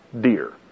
deer